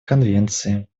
конвенции